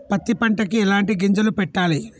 పత్తి పంటకి ఎలాంటి గింజలు పెట్టాలి?